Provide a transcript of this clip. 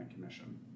Commission